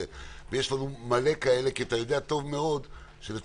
ויש לנו רבים כאלה כי אתה יודע טוב מאוד שלצערי,